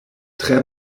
tre